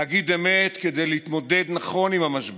להגיד אמת כדי להתמודד נכון עם המשבר.